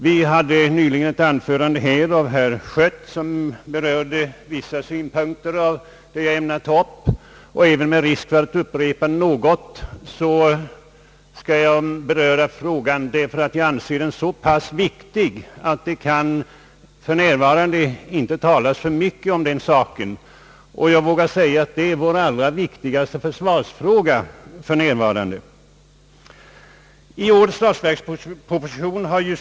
Herr Schött höll nyligen ett anförande, vari han berörde vissa synpunkter som jag hade ämnat ta upp. även med risk att upprepa något av vad han har sagt skall jag behandla frågan, ty jag anser den så pass viktig att det för närvarande inte kan talas för mycket om den. Jag vågar säga att den är vår allra viktigaste försvarsfråga för närvarande.